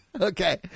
Okay